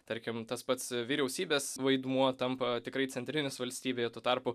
tarkim tas pats vyriausybės vaidmuo tampa tikrai centrinis valstybėje tuo tarpu